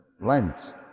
Lent